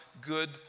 good